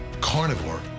carnivore